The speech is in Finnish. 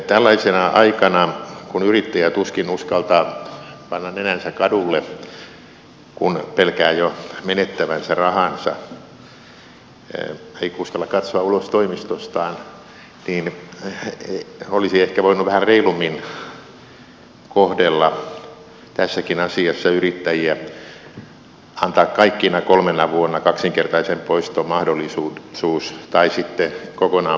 tällaisena aikana kun yrittäjä tuskin uskaltaa panna nenänsä kadulle kun pelkää jo menettävänsä rahansa eikä uskalla katsoa ulos toimistostaan olisi ehkä voinut vähän reilummin kohdella tässäkin asiassa yrittäjiä antaa kaikkina kolmena vuonna kaksinkertaisen poiston mahdollisuus tai sitten kokonaan vapaat poistot